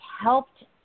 helped